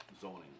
zoning